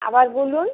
আবার বলুন